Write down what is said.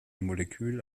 molekül